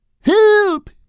Help